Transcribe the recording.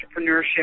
entrepreneurship